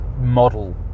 model